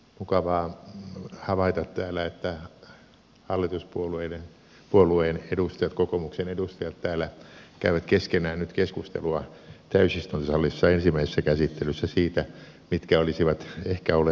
mukavaa havaita täällä että hallituspuolueen edustajat kokoomuksen edustajat täällä käyvät keskenään nyt keskustelua täysistuntosalissa ensimmäisessä käsittelyssä siitä mitkä olisivat ehkä olleet vaihtoehtoisia leikkaustapoja